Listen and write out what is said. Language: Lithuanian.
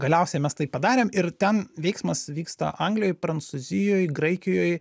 galiausiai mes tai padarėm ir ten veiksmas vyksta anglijoj prancūzijoj graikijoj